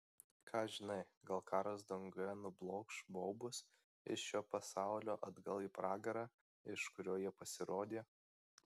ką žinai gal karas danguje nublokš baubus iš šio pasaulio atgal į pragarą iš kurio jie pasirodė